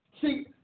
See